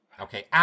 Okay